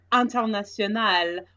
international